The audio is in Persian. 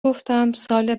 گفتم، سال